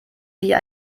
die